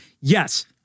Yes